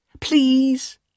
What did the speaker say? please